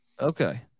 Okay